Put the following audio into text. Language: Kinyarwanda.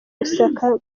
gusaka